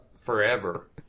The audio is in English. forever